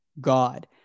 God